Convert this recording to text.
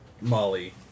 Molly